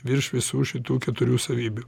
virš visų šitų keturių savybių